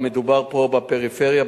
מדובר פה בפריפריה,